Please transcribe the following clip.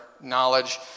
knowledge